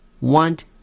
want